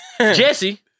Jesse